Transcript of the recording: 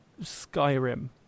Skyrim